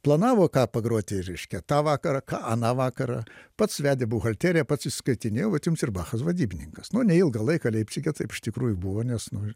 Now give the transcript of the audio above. planavo ką pagroti reiškia tą vakarą ką aną vakarą pats vedė buhalteriją pats išskaitinėjo vat jums ir bachas vadybininkas nu neilgą laiką leipcige taip iš tikrųjų buvo nes nu